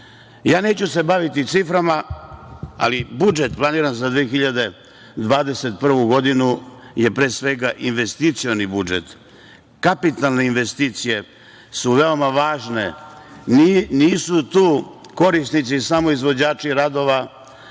neću se baviti ciframa, ali budžet planiran za 2021. godinu je, pre svega, investicioni budžet. Kapitalne investicije su veoma važne. Nisu tu korisnici samo izvođači radovi